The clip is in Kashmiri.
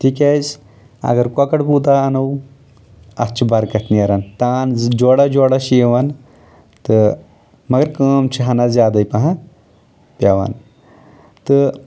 تِکیازِ اَگر کۄکر پوٗتاہ اَنو اَتھ چھِ برکَت نیٚران تان جورہ جورہ چھِ یِوان تہٕ مَگرکٲم چھِ ہَنہ زیادٕے پَہم پیوان تہٕ